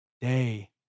day